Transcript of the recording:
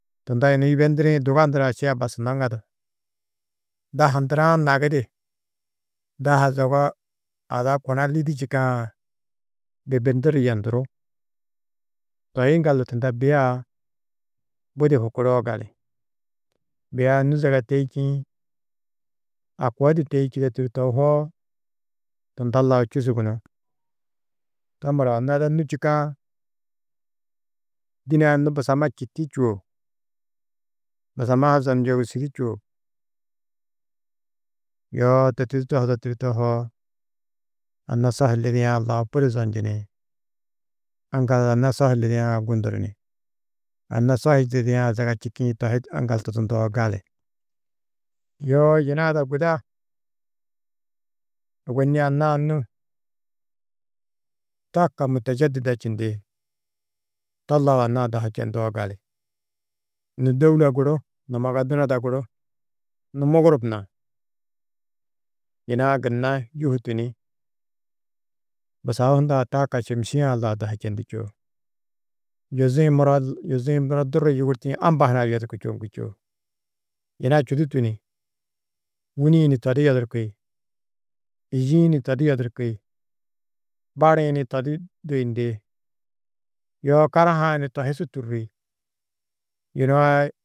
Tunda yunu yibendirĩ duga ndurã šia basunnó ŋadu, daha ndurã nagi di daha zogo ada kuna lidî čîkã bibinduru yendurú, toi yiŋgaldu tunda bîa-ã budi hukuroo gali, Bîa nû zaga teî čîĩ, a koo di teî čîde tûrtu tohoo tunda lau čûsu gunú, to muro anna ada nû čûkã dîne-ã nû busamma čîti čûo, busamma ha zonyohudî čûo, yoo to tûrtu tohudo tûrtu tohoo, anna sohi lidiã lau budi zonjini, aŋgal anna sohi lidiã gunduru ni anna sohi lidiã zaga čîkiĩ to hi aŋgaltudundoo gali. Yoo yina ada guda ôwonni anna-ã nû taka mûtajedida čindi, to lau anna-ã dahu čendoo gali, nû Dôula guru numaga dunoda guru nû Mugurub na yina-ã gunna yûhutu ni busahu hundã taaka šêmsia-ã lau dahu čendî čûo, yuzi-ĩ muro, yuzi-ĩ muro durri yûgurtĩ amba hunã yodurku čoŋgî čûo, yina čûdutu ni, wûni-ĩ ni to di yodurki, yî-ĩ ni to di yodurki, bari-ĩ ni to di duyundi. Yoo karaha-ã ni to hi su tûrri, yunu a